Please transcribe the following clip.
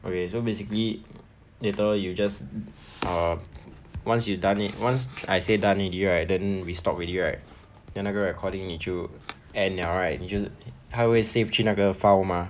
okay so basically later you just err once you done it once I said done already right then we stop already right then 那个 recording 你就 end liao right 你就它会 save 去那个 file mah